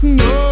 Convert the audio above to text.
no